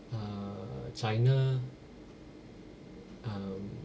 uh china uh